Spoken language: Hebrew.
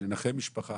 בניחום משפחה